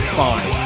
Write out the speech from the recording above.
fine